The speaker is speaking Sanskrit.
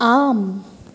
आम्